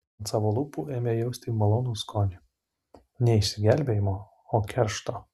ant savo lūpų ėmė jausti malonų skonį ne išsigelbėjimo o keršto